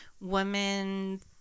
women